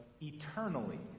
eternally